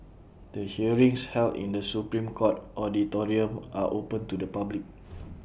the hearings held in the Supreme court auditorium are open to the public